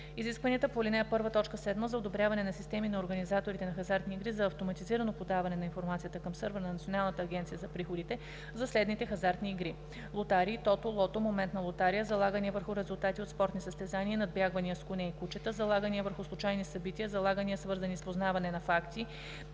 изискванията по ал. 1, т. 7 за одобряване на системи на организаторите на хазартни игри за автоматизирано подаване на информацията към сървър на Националната агенция за приходите за следните хазартни игри: лотарии, тото, лото, моментна лотария, залагания върху резултати от спортни състезания и надбягвания с коне и кучета, залагания върху случайни събития, залагания, свързани с познаване на факти,